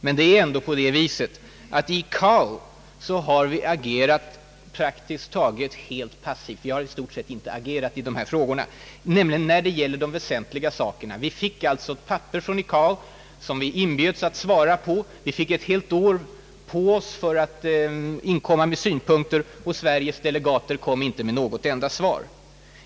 Men det är ändå ett faktum att i ICAO har vi varit praktiskt taget helt passiva — vi har i stort sett inte agerat alls i dessa frågor när det gäller det väsentliga. Vi fick ett papper från ICAO som vi inbjöds att svara på. Vi fick ett helt år på oss för att inkomma med synpunkter. Sveriges delegater kom inte med något enda svar.